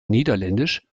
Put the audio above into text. niederländisch